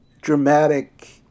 dramatic